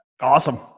Awesome